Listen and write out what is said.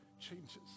changes